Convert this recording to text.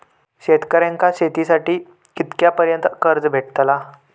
शेतकऱ्यांका शेतीसाठी कितक्या पर्यंत कर्ज भेटताला?